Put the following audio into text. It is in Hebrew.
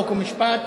חוק ומשפט,